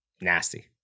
nasty